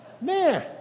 Man